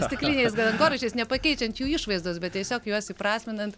stikliniais dangoraižiais nepakeičiant jų išvaizdos bet tiesiog juos įprasminant